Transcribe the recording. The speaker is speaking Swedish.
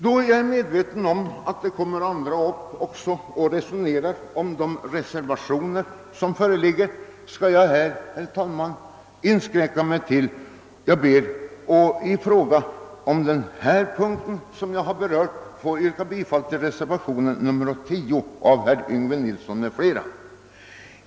Då jag är medveten om att också andra talare kommer att beröra de reservationer som föreligger skall jag, herr talman, inskränka mig till att på den punkt som jag nu senast berört yrka bifall till reservationen 10 av herr Yngve Nilsson m.fl.